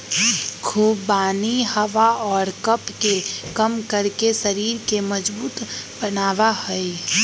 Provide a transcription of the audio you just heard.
खुबानी हवा और कफ के कम करके शरीर के मजबूत बनवा हई